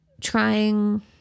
trying